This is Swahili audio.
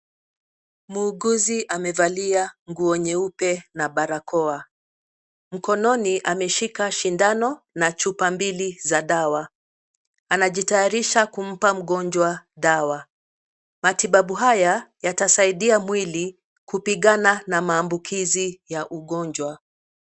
Muuguzi amevalia nguo nyeupe na barakoa. Mkononi ameshika sindano na chupa mbili za dawa. Anajitayarisha kumpa mgonjwa dawa. Matibabu haya yatasaidia mwili kupigana na maambukizi ya ugonjwa.